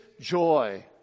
joy